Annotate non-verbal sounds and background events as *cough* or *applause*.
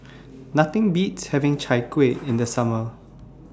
Nothing Beats having Chai Kueh *noise* in The Summer